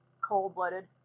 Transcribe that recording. cold-blooded